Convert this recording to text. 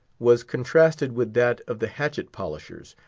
was contrasted with that of the hatchet-polishers,